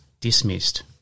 dismissed